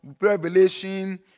Revelation